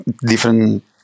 different